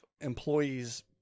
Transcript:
employees